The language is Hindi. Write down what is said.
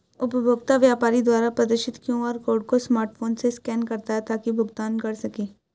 उपभोक्ता व्यापारी द्वारा प्रदर्शित क्यू.आर कोड को स्मार्टफोन से स्कैन करता है ताकि भुगतान कर सकें